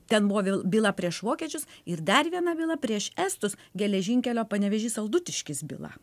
ten buvo byla prieš vokiečius ir dar viena byla prieš estus geležinkelio panevėžys saldutiškis byla